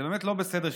זה באמת לא בסדר,